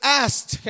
asked